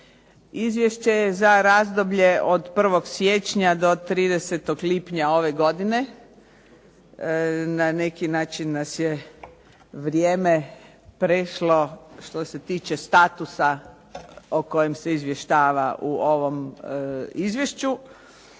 Izvješće je za razdoblje od 1. siječnja do 30. lipnja ove godine na neki način nas je vrijeme prešlo što se tiče statusa o kojem se izvještava u ovom izvješću,